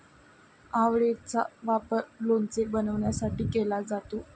आवळेचा वापर लोणचे बनवण्यासाठी केला जातो